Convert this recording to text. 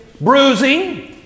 Bruising